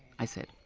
i said.